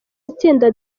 itsinda